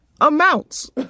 amounts